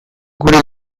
gure